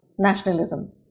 nationalism